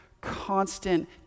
constant